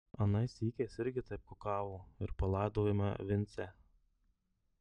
anais sykiais irgi taip kukavo ir palaidojome vincę